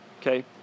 okay